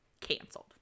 canceled